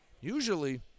Usually